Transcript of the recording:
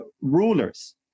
rulers